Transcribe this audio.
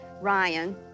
Ryan